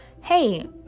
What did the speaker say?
hey